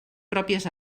pròpies